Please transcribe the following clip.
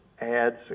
ads